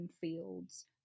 fields